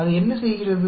அது என்ன செய்கிறது